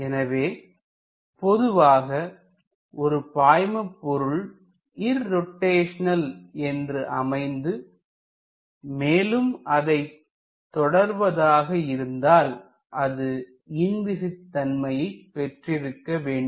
எனவே பொதுவாக ஒரு பாய்மபொருள் இர்ரோட்டைஷனல் என்று அமைந்து மேலும் அதைத் தொடர்வதாக இருந்தால் அது இன்விஸிட் தன்மையைப் பெற்றிருக்க வேண்டும்